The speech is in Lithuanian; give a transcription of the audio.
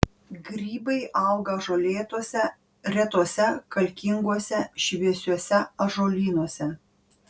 grybai auga žolėtuose retuose kalkinguose šviesiuose ąžuolynuose